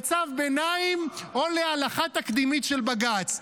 לצו ביניים או להלכה תקדימית של בג"ץ.